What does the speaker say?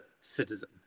citizen